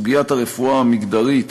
סוגיית הרפואה המגדרית,